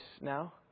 now